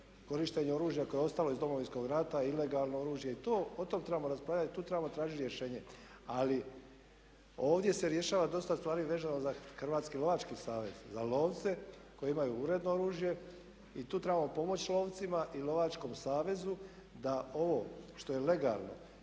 korištenje oružja koje je ostalo iz Domovinskog rata, ilegalno oružje. I to, o tome trebamo raspravljati, tu trebamo tražiti rješenje. Ali ovdje se rješava dosta stvari vezano za Hrvatski lovački savez, za lovce koji imaju uredno oružje i tu trebamo pomoći lovcima i lovačkom savezu da ovo što je legalno